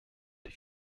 die